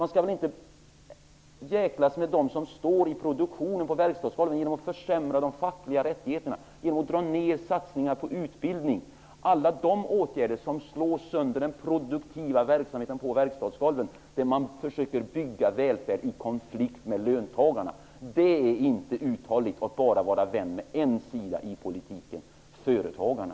Man skall väl inte jäklas med dem som står på verkstadsgolvet i produktionen genom att försämra de fackliga rättigheterna, genom att dra ned satsningarna på utbildning? Alla sådana åtgärder slår sönder den produktiva verksamheten på verkstadsgolven. Man försöker då bygga välfärd i konflikt med löntagarna. Det är inte uthålligt att bara vara vän med en sida i politiken -- företagarna.